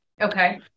Okay